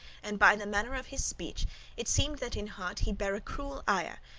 and by the manner of his speech it seemed that in heart he bare a cruel ire,